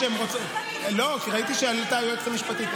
לא, כי ראיתי שעלתה היועצת המשפטית.